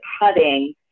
cutting